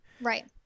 Right